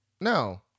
no